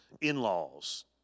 in-laws